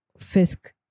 fisk